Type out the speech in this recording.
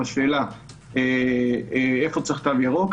בשאלה איפה צריך תו ירוק.